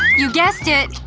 you guessed it,